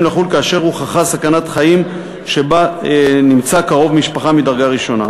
לחו"ל כאשר הוכחה סכנת חיים שבה נמצא קרוב משפחה מדרגה ראשונה.